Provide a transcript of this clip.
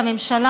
של הממשלה,